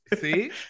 See